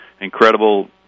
incredible